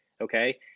okay